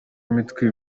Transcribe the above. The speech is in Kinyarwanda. imitwe